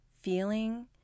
feeling